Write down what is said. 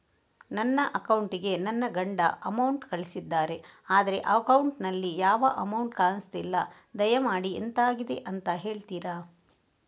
ನನ್ನ ಅಕೌಂಟ್ ಗೆ ನನ್ನ ಗಂಡ ಅಮೌಂಟ್ ಕಳ್ಸಿದ್ದಾರೆ ಆದ್ರೆ ಅಕೌಂಟ್ ನಲ್ಲಿ ಯಾವ ಅಮೌಂಟ್ ಕಾಣಿಸ್ತಿಲ್ಲ ದಯಮಾಡಿ ಎಂತಾಗಿದೆ ಅಂತ ಹೇಳ್ತೀರಾ?